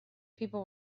people